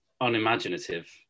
unimaginative